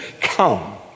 come